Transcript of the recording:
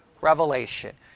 Revelation